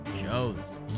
shows